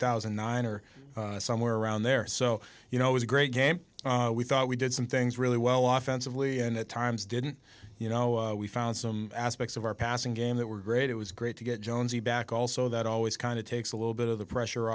thousand and nine or somewhere around there so you know it was a great game we thought we did some things really well off fans of lee and at times didn't you know we found some aspects of our passing game that were great it was great to get jonesy back also that always kind of takes a little bit of the pressure